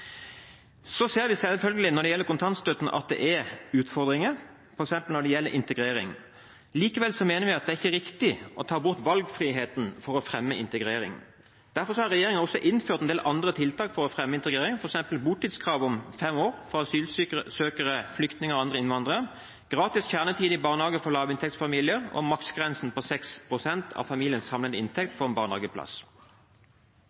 Så ser vi selvfølgelig når det gjelder kontantstøtten, at det er utfordringer f.eks. når det gjelder integrering. Likevel mener vi at det ikke er riktig å ta bort valgfriheten for å fremme integrering. Derfor har regjeringen innført en del andre tiltak for å fremme integrering, f.eks. botidskrav på fem år for asylsøkere, flyktninger og andre innvandrere, gratis kjernetid i barnehage for barn i lavinntektsfamilier og en maksgrense på 6 pst. av familiens samlede inntekt